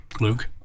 Luke